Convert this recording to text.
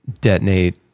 detonate